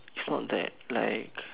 it's not that like